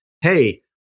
hey